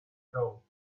thought